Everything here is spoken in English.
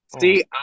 See